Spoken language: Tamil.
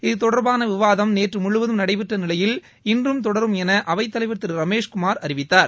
இது தொடர்பான விவாதம் நேற்று முழுவதும் நடைபெற்ற நிலையில் இன்றும் தொடரும் என அவைத்தலைவர் திரு ரமேஷ்குமார் அறிவித்தார்